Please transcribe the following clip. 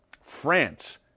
France